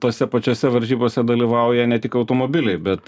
tose pačiose varžybose dalyvauja ne tik automobiliai bet